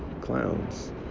clowns